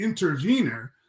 intervener